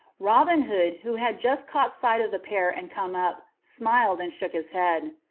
robin hood, who had just caught sight of the pair and come up, smiled and shook his head.